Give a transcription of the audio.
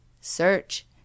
Search